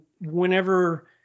whenever